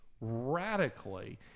radically